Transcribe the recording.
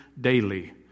daily